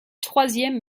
troisième